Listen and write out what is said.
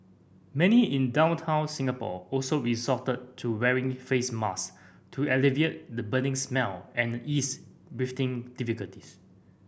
many in downtown Singapore also resorted to wearing face mask to alleviate the burning smell and ease breathing difficulties